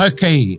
Okay